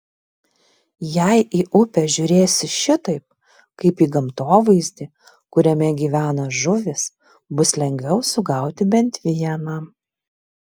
jei į upę žiūrėsi šitaip kaip į gamtovaizdį kuriame gyvena žuvys bus lengviau sugauti bent vieną